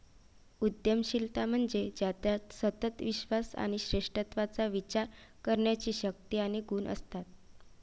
उद्यमशीलता म्हणजे ज्याच्यात सतत विश्वास आणि श्रेष्ठत्वाचा विचार करण्याची शक्ती आणि गुण असतात